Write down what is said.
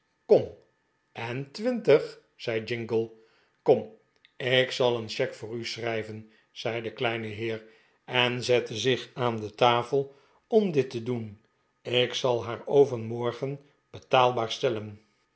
kom en twintig zei jingle kom ik zal een cheque yoor u schrijven zei de kleine heer en zette zich aan de tafel om dit te doen ik zal haar overmorgen betaalbaar stellen